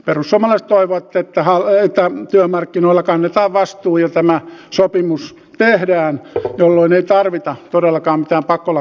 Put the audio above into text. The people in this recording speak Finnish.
perussuomalaiset toivovat että työmarkkinoilla kannetaan vastuu ja tämä sopimus tehdään jolloin ei tarvita todellakaan mitään pakkolakeja